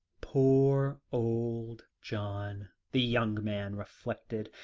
poor old john, the young man reflected,